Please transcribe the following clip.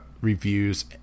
reviews